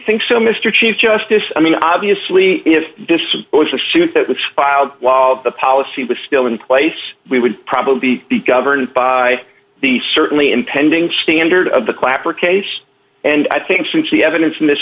think so mr chief justice i mean obviously if disposed of suit that was filed while the policy was still in place we would probably be governed by the certainly impending standard of the clapper case and i think since the evidence in this